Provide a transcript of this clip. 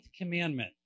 commandment